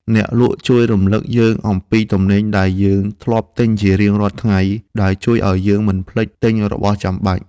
អ្នកលក់ជួយរំលឹកយើងអំពីទំនិញដែលយើងធ្លាប់ទិញជារៀងរាល់ថ្ងៃដែលជួយឱ្យយើងមិនភ្លេចទិញរបស់ចាំបាច់។